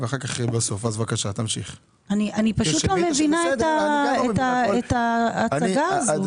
כדי שתהיה להם אפשרות לראות את ההשוואה באופן